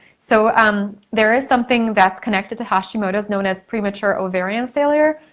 so um there is something that's connected to hashimoto's known as pre-mature ovarian failure.